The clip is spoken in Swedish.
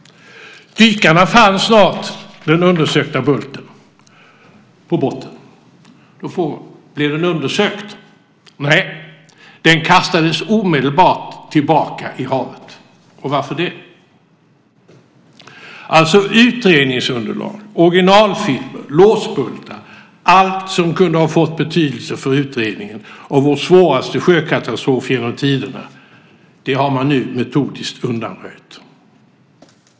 Dykarna fann snart den undersökta bulten på botten. Då frågar man: Blev den undersökt? Nej, den kastades omedelbart tillbaka i havet. Varför det? Utredningsunderlag, originalfilmer, låsbultar och allt som kunde ha fått betydelse för utredningen av vår svåraste sjökatastrof genom tiderna har man nu metodiskt undanröjt.